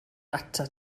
atat